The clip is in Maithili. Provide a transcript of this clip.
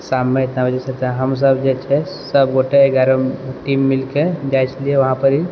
शाममे इतना बजेसँ तऽ हम सब जे छै सब गोटे एगारह टीम मिलिके जाइ छलियै वहाँपर